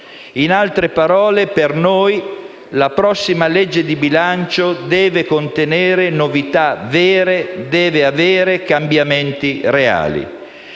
In altre parole, per noi la prossima legge di bilancio deve contenere novità vere, deve avere cambiamenti reali.